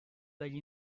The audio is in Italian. dagli